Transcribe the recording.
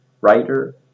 writer